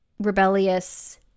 rebellious